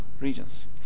regions